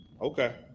Okay